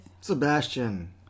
Sebastian